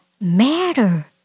matter